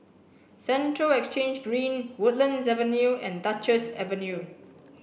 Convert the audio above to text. Central Exchange Green Woodlands Avenue and Duchess Avenue